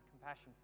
compassion